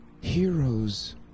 heroes